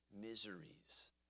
miseries